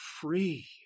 free